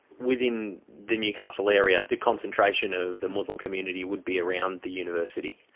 within the newcastle area the concentration of the muslim community would be around the university.